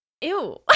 Ew